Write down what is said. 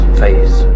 face